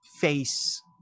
face